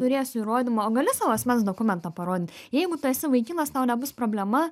turėsiu įrodymą o gali savo asmens dokumentą parodyt jeigu tu esi vaikinas tau nebus problema